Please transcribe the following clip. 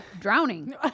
drowning